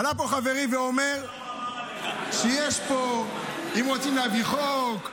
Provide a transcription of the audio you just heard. עלה פה חברי ואמר שאם רוצים להביא חוק,